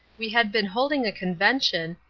we had been holding a convention,